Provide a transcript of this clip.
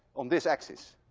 on this axis.